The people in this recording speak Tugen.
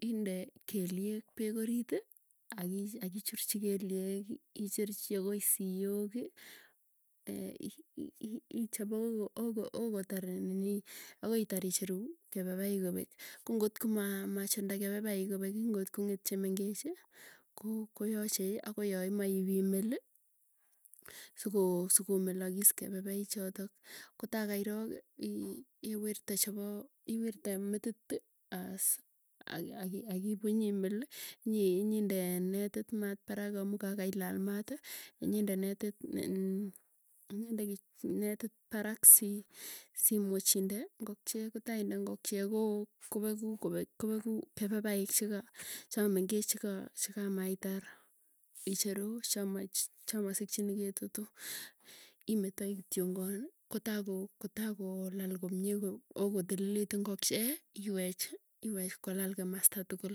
Inde keliek peek oriti, akichurchi kelieki icherchi akoi sioki e ichop akoi itar icheru kepepaik kopek. Ko ngotko maa machunda kepepaik kopek ngokong'et chemengechi koo koyachei akoi yamae ipimeli, sokoo sokomelakis kepepai chotok kotai kairoki ii iwirte chepoo iwirte metiti aas aki aki akiipu nyimel ii inyinde netit maat parak amuu, kakailal maati nyinde netit parak simuuch inde ngokchie. Kotainde ngokchie koo kopeku kepepaik chamengich chika chikamaitar. Icheru chamasikchini ketutu, imetoi kityongani, kotaa ko laal komie ako kotililit ngokchie iwechi. Iwech kolal kimasta tukul